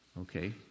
okay